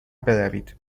بروید